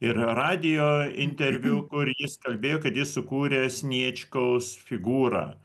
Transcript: ir radijo interviu kur jis kalbėjo kad jis sukūrė sniečkaus figūrą